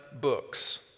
books